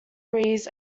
rees